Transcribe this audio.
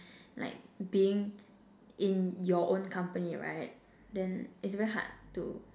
like being in your own company right then it's very hard to